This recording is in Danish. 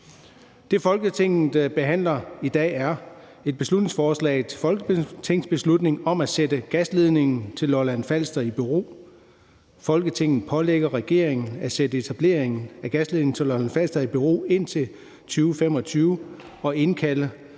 Det, Folketinget behandler i dag, er et forslag til folketingsbeslutning om at sætte etableringen af gasledningen til Lolland-Falster i bero: »Folketinget pålægger regeringen at sætte etableringen af gasledningen til Lolland-Falster i bero indtil 2025 og indkalde